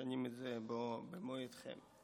במו ידיכם.